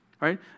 Right